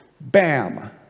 Bam